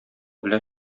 белән